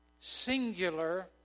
singular